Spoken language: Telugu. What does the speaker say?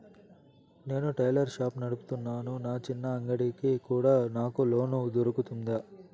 నేను టైలర్ షాప్ నడుపుతున్నాను, నా చిన్న అంగడి కి కూడా నాకు లోను దొరుకుతుందా?